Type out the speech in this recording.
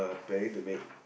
planning to make